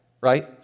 right